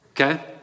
okay